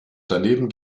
daneben